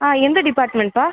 ஆ எந்த டிப்பார்ட்மெண்ட்ப்பா